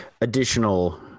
additional